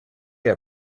air